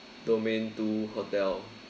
domain two hotel